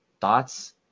thoughts